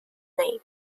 name